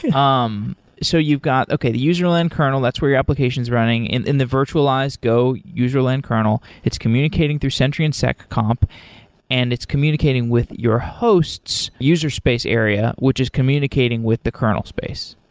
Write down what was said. um so you've got, okay the user line kernel, that's where your application is running in in the virtualized go user line kernel, it's communicating through sentry and sec comp and it's communicating with your host's user space area, which is communicating with the kernel space.